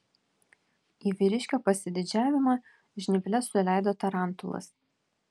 į vyriškio pasididžiavimą žnyples suleido tarantulas